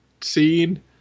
scene